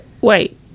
Wait